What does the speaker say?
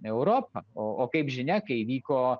europa o o kaip žinia kai vyko